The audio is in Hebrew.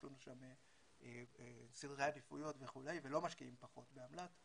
לנו שם סדרי עדיפויות וכו' ולא משקיעים פחות באמל"ט.